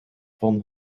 van